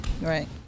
Right